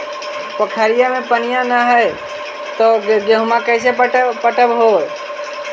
पोखरिया मे पनिया न रह है तो गेहुमा कैसे पटअब हो?